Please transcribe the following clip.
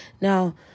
Now